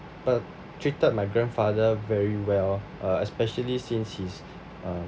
b~ treated my grandfather very well uh especially since he's uh